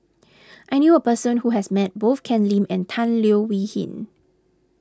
I knew a person who has met both Ken Lim and Tan Leo Wee Hin